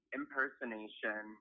impersonation